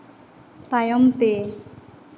ᱛᱟᱭᱚᱢ ᱛᱮ